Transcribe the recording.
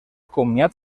comiat